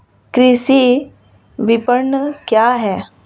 कृषि विपणन क्या है?